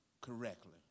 correctly